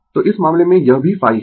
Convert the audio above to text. तो इस मामले में यह भी ϕ है